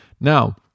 Now